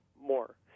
more